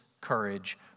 courage